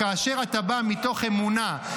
כאשר אתה בא מתוך אמונה,